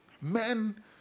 Men